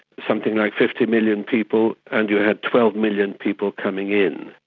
something like fifty million people, and you had twelve million people coming in.